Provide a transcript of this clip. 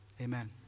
amen